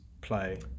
play